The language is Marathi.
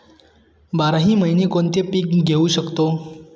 बाराही महिने कोणते पीक घेवू शकतो?